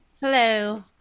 Hello